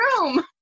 room